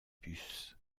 bus